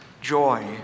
joy